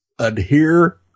adhere